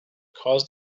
caused